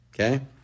Okay